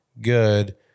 good